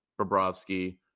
Bobrovsky